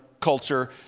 culture